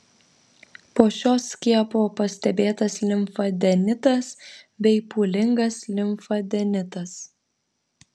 po šio skiepo pastebėtas limfadenitas bei pūlingas limfadenitas